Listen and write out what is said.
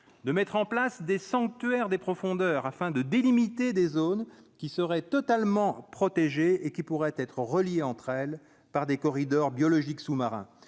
de mettre en place des sanctuaires des profondeurs afin de délimiter des zones qui seraient totalement protégé et qui pourraient être reliées entre elles par des corridors biologiques sous-marin,